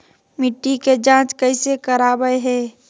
मिट्टी के जांच कैसे करावय है?